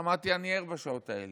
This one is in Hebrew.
אמרתי: אני ער בשעות האלה.